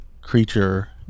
creature